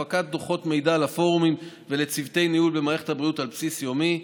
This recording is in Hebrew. הפקת דוחות מידע לפורומים ולצוותי ניהול במערכת הבריאות על בסיס יומי,